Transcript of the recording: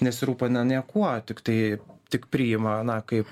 nesirūpina niekuo tik tai tik priima na kaip